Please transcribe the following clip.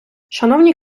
шановні